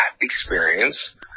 experience